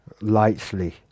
Lightly